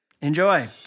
Enjoy